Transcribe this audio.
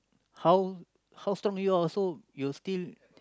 how how strong you are also you'll still